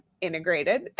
integrated